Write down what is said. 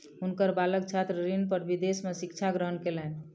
हुनकर बालक छात्र ऋण पर विदेश में शिक्षा ग्रहण कयलैन